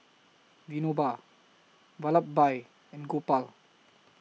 Vinoba Vallabhbhai and Gopal